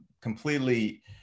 completely